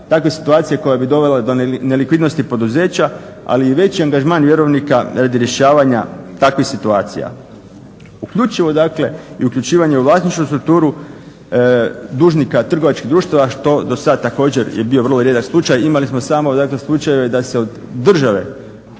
takve situacije koja bi dovela do nelikvidnosti poduzeća ali i većem angažman vjerovnika radi rješavanja takvih situacija. Uključivo dakle i uključivanje u vlasničku strukturu dužnika trgovačkih društava što do sada također je bio rijedak slučaj, imali smo slučajeve da se od države